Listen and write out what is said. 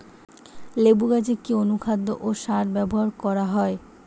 লেবু গাছে কি অনুখাদ্য ও সার ব্যবহার করা হয়?